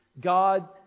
God